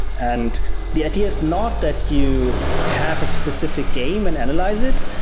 and the idea is not that you have a specific game and analyze it.